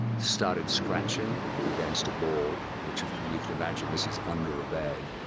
started scratching against a board, which you can imagine, this is under a bed,